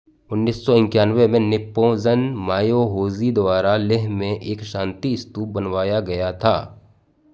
उन्नीस सौ इक्यानवे में निप्पोंज़न मायोहोजी द्वारा लेह में एक शांति स्तूप बनवाया गया था